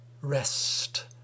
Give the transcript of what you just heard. rest